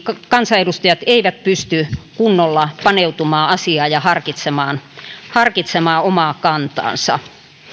kansanedustajat eivät pysty kunnolla paneutumaan asiaan ja harkitsemaan harkitsemaan omaa kantaansa